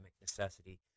necessity